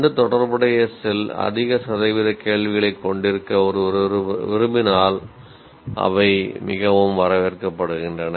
அந்த தொடர்புடைய செல் அதிக சதவீத கேள்விகளைக் கொண்டிருக்க ஒருவர் விரும்பினால் அவை மிகவும் வரவேற்கப்படுகின்றன